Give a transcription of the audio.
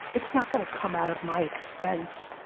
it's not gonna come out of my expense.